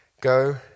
Go